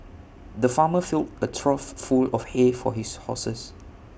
the farmer filled A trough full of hay for his horses